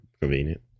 convenient